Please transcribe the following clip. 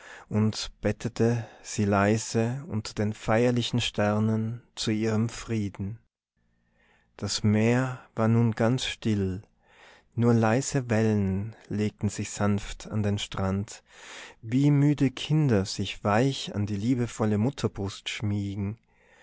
und bettete sie leise unter den feierlichen sternen zu ihrem frieden das meer war nun ganz still nur leise wellen legten sich sanft an den strand wie müde kinder sich weich an die liebevolle mutterbrust schmiegen